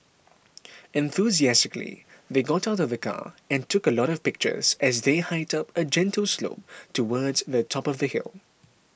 enthusiastically they got out of the car and took a lot of pictures as they hiked up a gentle slope towards the top of the hill